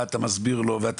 מה אתה מסביר לו.